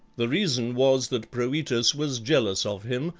the reason was that proetus was jealous of him,